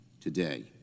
today